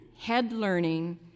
head-learning